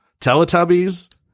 Teletubbies